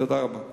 תודה רבה.